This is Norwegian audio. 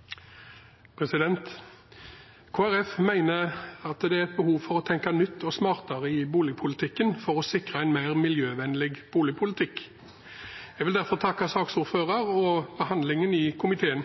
det er behov for å tenke nytt og smartere i boligpolitikken for å sikre en mer miljøvennlig boligpolitikk. Jeg vil derfor takke saksordføreren for behandlingen i komiteen.